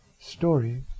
story